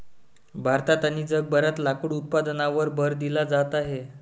भारतात आणि जगभरात लाकूड उत्पादनावर भर दिला जात आहे